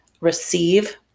receive